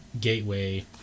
gateway